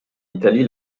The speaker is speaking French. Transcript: italie